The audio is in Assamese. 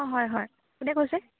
অঁ হয় হয় কোনে কৈছে